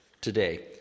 today